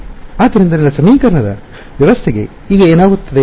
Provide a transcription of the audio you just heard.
ಆದ್ದರಿಂದ ನನ್ನ ಸಮೀಕರಣದ ವ್ಯವಸ್ಥೆಗೆ ಈಗ ಏನಾಗುತ್ತದೆ